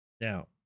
Now